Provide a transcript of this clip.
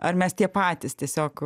ar mes tie patys tiesiog